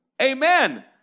Amen